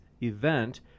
event